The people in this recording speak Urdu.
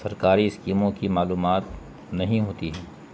سرکاری اسکیموں کی معلومات نہیں ہوتی ہے